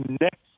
next